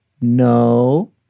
No